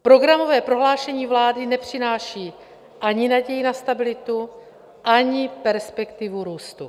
Programové prohlášení vlády nepřináší ani naději na stabilitu, ani perspektivu růstu.